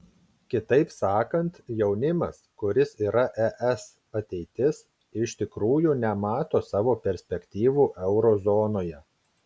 kitaip sakant jaunimas kuris yra es ateitis iš tikrųjų nemato savo perspektyvų euro zonoje